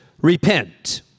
repent